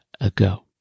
ago